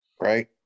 right